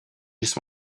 just